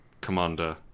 commander